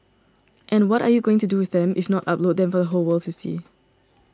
and what are you going to do with them if not upload them for the whole world to see